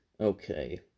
Okay